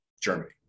Germany